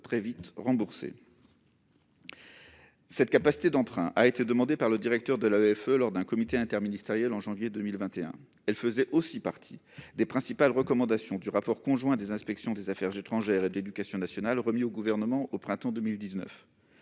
très vite remboursé. L'attribution de cette capacité d'emprunt a été demandée par le directeur de l'AEFE lors d'un comité interministériel en janvier 2021. Elle faisait aussi partie des principales recommandations du rapport conjoint des inspections des affaires étrangères et de l'éducation nationale remis au Gouvernement au printemps 2019.